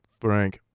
Frank